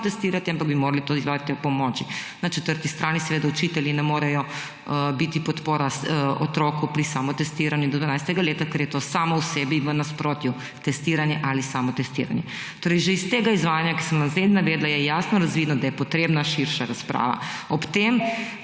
samotestirati, ampak bi morali to izvajati ob pomoči. Na četrti strani seveda učitelji ne morejo biti podpora otroku do 11. leta pri samotestiranju, ker je to samo sebi v nasprotju, testiranje ali samotestiranje. Torej že iz tega izvajanja, ki sem ga zdaj navedla, je jasno razvidno, da je potrebna širša razprava. Ob tem